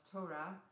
Torah